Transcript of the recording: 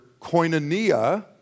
koinonia